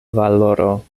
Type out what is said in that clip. valoro